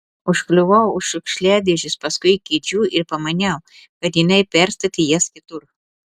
užkliuvau už šiukšliadėžės paskui kėdžių ir pamaniau kad jinai perstatė jas kitur